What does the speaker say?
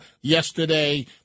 yesterday